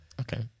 Okay